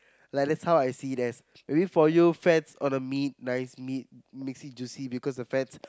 like thats how I see them maybe for you fats on the meat nice meat makes it juicy because the fats